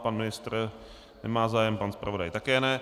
Pan ministr nemá zájem, pan zpravodaj také ne.